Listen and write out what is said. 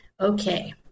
Okay